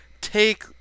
take